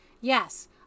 Yes